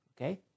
Okay